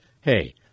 Hey